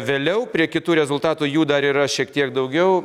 vėliau prie kitų rezultatų jų dar yra šiek tiek daugiau